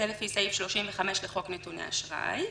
זה לפי סעיף 35 לחוק נתוני אשראי.